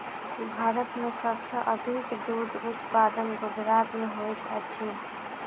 भारत में सब सॅ अधिक दूध उत्पादन गुजरात में होइत अछि